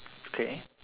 okay